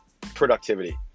productivity